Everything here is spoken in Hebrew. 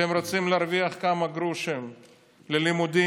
רוצים להרוויח כמה גרושים ללימודים.